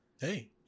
Hey